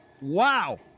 Wow